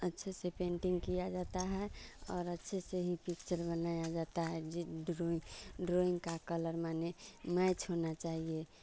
अच्छे से पेंटिंग किया जाता है और अच्छे से ही पिक्चर बनाया जाता है जी डोरोई डोरोइंग का कलर माने मैच होना चाहिए